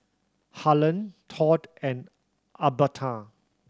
Harland Todd and Albertha